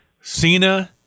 Cena